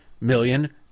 million